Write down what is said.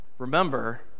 remember